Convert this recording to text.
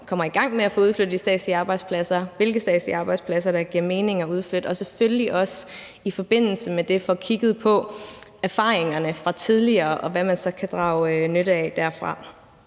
kommer i gang med at få udflyttet de statslige arbejdspladser, hvilke statslige arbejdspladser det giver mening at udflytte, og at man i forbindelse med det selvfølgelig også får kigget på erfaringerne fra tidligere, og hvad man så derfra kan drage nytte af.